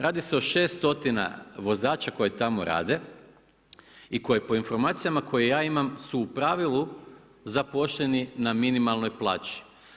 Radi se o 600 vozača koji tamo rade i koji po informacijama koje ja imam su u pravilu zaposleni na minimalnoj plaći.